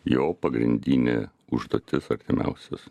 jo pagrindinė užduotis artimiausius